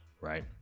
right